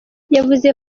yavuze